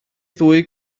ddwy